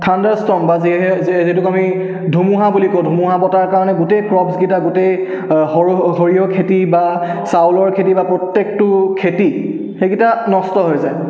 thunderstorm বা যিটো আমি ধুমুহা বুলি কওঁ ধুমুহা বতাহৰ কাৰণে গোটেই ক্ৰপছকেইটা গোটেই সৰিয়হ খেতি বা চাউলৰ খেতি বা প্ৰত্যেকটো খেতি সেইকেইটা নষ্ট হৈ যায়